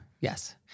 Yes